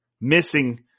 missing